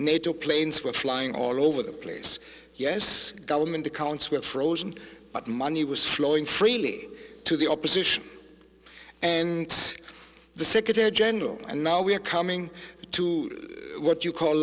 nato planes were flying all over the place yes government accounts were frozen but money was flowing freely to the opposition and the secretary general and now we are coming to what you call